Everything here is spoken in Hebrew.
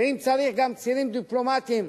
ואם צריך גם צירים דיפלומטיים,